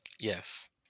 Yes